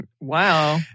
Wow